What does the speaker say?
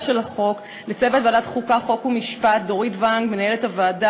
שלא פחות ולא יותר,